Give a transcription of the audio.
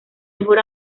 mejor